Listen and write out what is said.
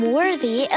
worthy